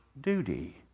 duty